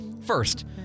first